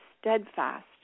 steadfast